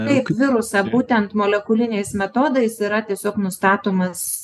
taip virusą būtent molekuliniais metodais yra tiesiog nustatomas